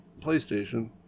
PlayStation